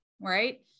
right